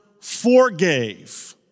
forgave